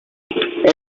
and